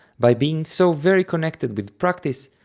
by being so very connected with practice,